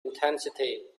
intensity